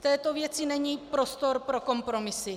V této věci není prostor pro kompromisy.